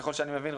ככל שאני מבין,